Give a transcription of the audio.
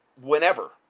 whenever